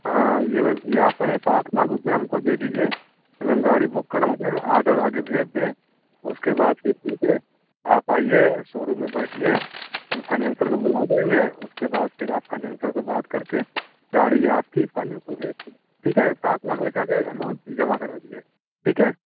हाँ ये बस ये आप पहले सात लाख रुपये हमको दे दीजिए फिर हम गाड़ी बुक करा दें आज ऑर्डर आगे भेज दें उसके बाद फिर ठीक है आप आइए शोरूम में बैठिए हम फाइनेंसर को बुला देंगे उसके बाद फिर आप फाइनेंसर से बात करके गाड़ी आपकी फाइनेंस हो जाएगी ठीक है सात लाख ले कर आ के अमाउंट फी जमा करा दीजिए ठीक है